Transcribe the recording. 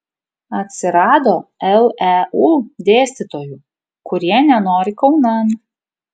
atsirado leu dėstytojų kurie nenori kaunan